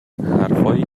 حرفهایی